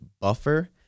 buffer